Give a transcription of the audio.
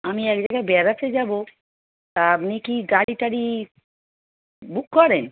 আমি এক জায়গায় বেড়াতে যাব তা আপনি কি গাড়ি টাড়ি বুক করেন